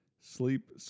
Sleep